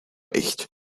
recht